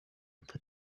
put